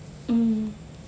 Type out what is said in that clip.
mm